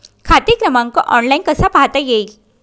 खाते क्रमांक ऑनलाइन कसा पाहता येईल?